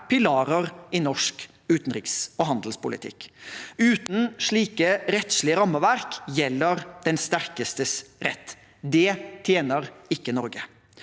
pilarer i norsk utenriks- og handelspolitikk. Uten slike rettslige rammeverk gjelder den sterkestes rett. Det tjener ikke Norge.